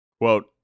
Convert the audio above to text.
Quote